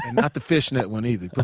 and not the fishnet one, either.